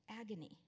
Agony